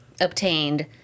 obtained